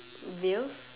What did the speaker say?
vilf